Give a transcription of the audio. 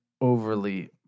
overly